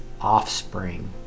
offspring